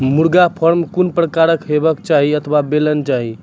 मुर्गा फार्म कून प्रकारक हेवाक चाही अथवा बनेल जाये?